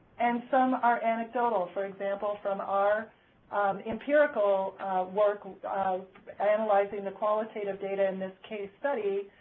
and some are anecdotal, for example from our empirical work analyzing the qualitative data in this case study.